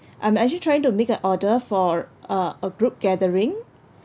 I'm actually trying to make an order for a a group gathering